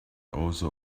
also